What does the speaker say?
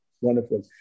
wonderful